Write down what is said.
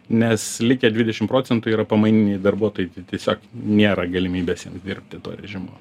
nes likę dvidešim procentų yra pamaininiai darbuotojai tai tiesiog nėra galimybės jiem dirbti tuo režimu